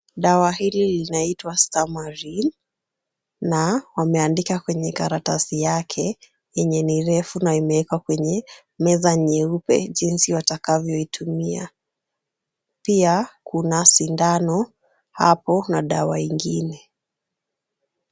Dawa hili linaitwa stamarin na wameandika kwenye karatasi yake yenye ni refu na imewekwa kwenye meza nyeupe jinsi watakavyoitumia. Pia kuna sindano hapo na dawa ingine.